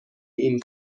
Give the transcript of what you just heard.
این